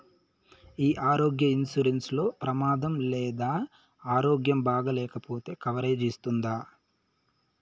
ఈ ఆరోగ్య ఇన్సూరెన్సు లో ప్రమాదం లేదా ఆరోగ్యం బాగాలేకపొతే కవరేజ్ ఇస్తుందా?